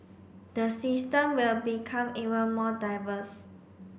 the system will become even more diverse